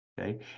Okay